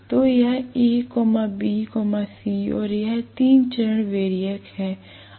तो यह A B C और यह तीन चरण वैरियक है